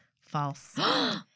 False